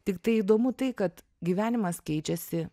tiktai įdomu tai kad gyvenimas keičiasi